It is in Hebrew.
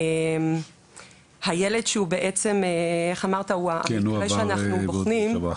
הילד שהוא המקרה שאנחנו בוחנים -- כן,